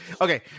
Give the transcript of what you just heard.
okay